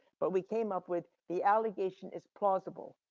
but we came up with the allegation is plausible.